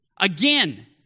Again